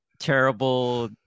terrible